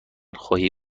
خواهی